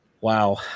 wow